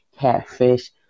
catfish